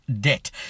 debt